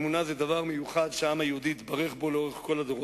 אמונה זה דבר מיוחד שהעם היהודי התברך בו לאורך כל הדורות,